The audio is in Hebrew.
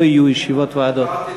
לא יהיו ישיבות ועדות.